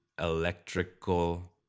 electrical